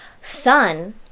son